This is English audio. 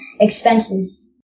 expenses